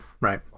right